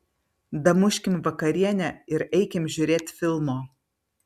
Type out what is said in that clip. damuškim vakarienę ir eikim žiūrėt filmo